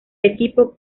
equipo